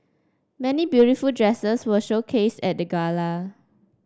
many beautiful dresses were showcased at the gala